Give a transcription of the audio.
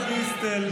השרה דיסטל,